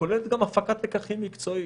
גם הפקת לקחים מקצועית.